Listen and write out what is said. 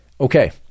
Okay